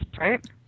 right